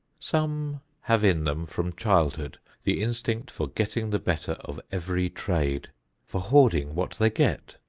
some have in them from childhood the instinct for getting the better of every trade for hoarding what they get,